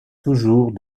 toujours